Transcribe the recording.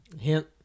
Hint